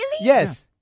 Yes